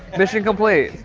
mission complete.